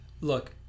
look